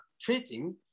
treating